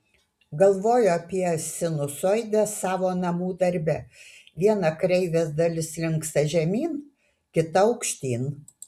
galvojo apie sinusoidę savo namų darbe viena kreivės dalis linksta žemyn kita aukštyn